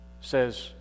says